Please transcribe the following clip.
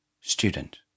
Student